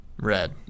Red